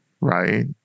Right